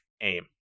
aim